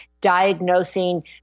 diagnosing